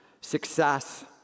Success